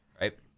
right